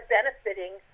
benefiting